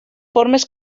formes